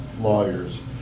lawyers